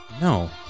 No